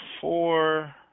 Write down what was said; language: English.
Four